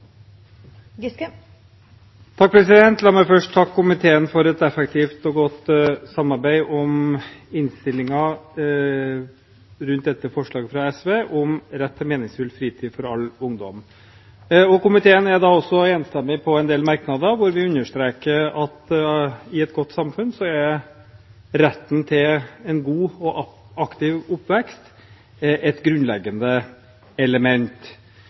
anses vedtatt. La meg først få takke komiteen for et effektivt og godt samarbeid om innstillingen rundt dette representantforslaget fra SV om retten til en meningsfull fritid for all ungdom. Komiteen er enstemmig om en del merknader, og vi understreker at i et godt samfunn er retten til en god og aktiv oppvekst et grunnleggende element.